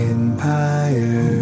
Empire